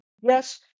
Yes